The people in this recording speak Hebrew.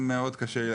מאוד קשה לי.